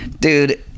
dude